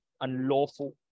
unlawful